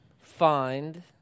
find